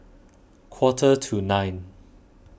quarter to nine